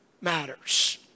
matters